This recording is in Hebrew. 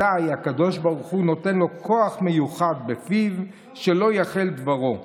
אזיי הקדוש ברוך הוא נותן לו כוח מיוחד בפיו שלא יחל דברו: